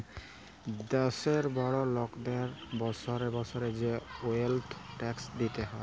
দ্যাশের বড় লকদের বসরে বসরে যে ওয়েলথ ট্যাক্স দিতে হ্যয়